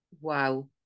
wow